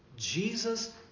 Jesus